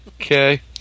Okay